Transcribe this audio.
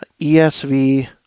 ESV